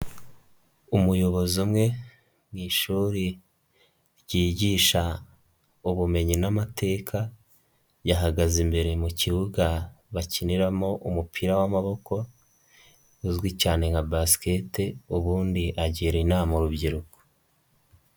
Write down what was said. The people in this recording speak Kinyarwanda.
Umuyobozi umwe mu ishuri ryigisha ubumenyi n'amateka yahagaze imbere mu kibuga bakiniramo umupira w'amaboko uzwi cyane nka Basikete ubundi agira inama urubyiruko.